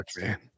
man